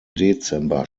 dezember